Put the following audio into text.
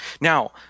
Now